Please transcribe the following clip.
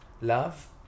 love